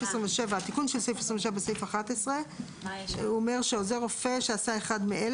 התיקון של סעיף 27 בסעיף 11 אומר ש"עוזר רופא שעשה אחד מאלה